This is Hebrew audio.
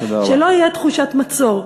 שלא תהיה תחושת מצור.